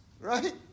right